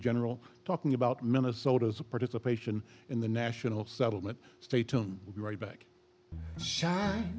general talking about minnesota's a participation in the national settlement state to be right back sh